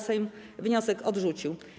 Sejm wniosek odrzucił.